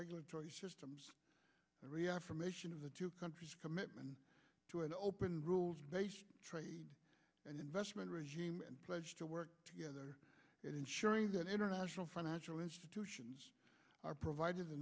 regulatory systems the reaffirmation of the two countries commitment to an open rules based trade and investment regime and pledged to work together and ensuring that international financial institutions are provided